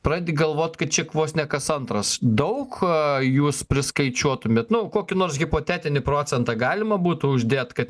pradedi galvot kad čia vos ne kas antras daug jūs priskaičiuotumėt nu kokį nors hipotetinį procentą galima būtų uždėt kad